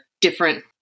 different